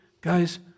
guys